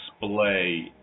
display